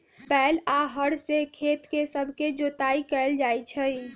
बैल आऽ हर से खेत सभके जोताइ कएल जाइ छइ